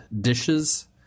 dishes